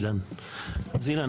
אז אילן,